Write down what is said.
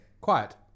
Quiet